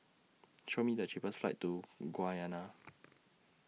Show Me The cheapest flights to Guyana